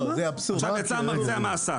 עכשיו יצא המרצע מהשק,